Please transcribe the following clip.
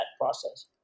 process